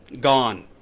gone